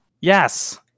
Yes